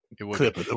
Clip